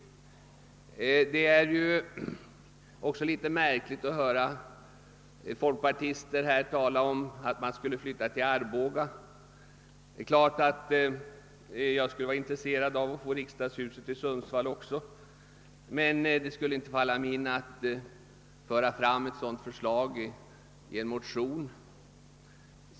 Det är också litet märkligt att höra folkpartister här tala om att riksdagen borde flyttas till Arboga. Jag skulle naturligtvis vara intresserad av att få riksdagshuset förlagt till Sundsvall, men det skulle inte falla mig in att föra fram ett sådant förslag i en motion.